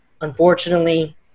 unfortunately